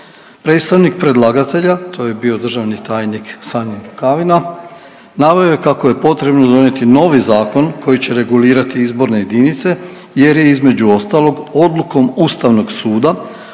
Predstavnik predlagatelja, to je bio državni tajnik Sanjin Rukavina, naveo je kako je potrebno donijeti novi zakon koji će regulirati izborne jedinice jer je, između ostalog, Odlukom Ustavnog suda